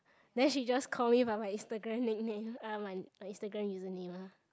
then she just call me by my Instagram nickname ah my my Instagram username ah